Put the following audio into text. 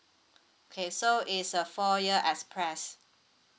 okay so it's a four year express